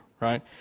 right